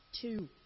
Two